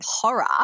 horror